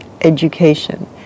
education